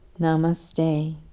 Namaste